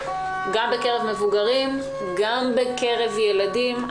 גם בקרב מבוגרים וגם בקרב ילדים,